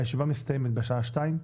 הישיבה מסתיימת בשעה 14:00,